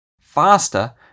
faster